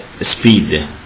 speed